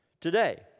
today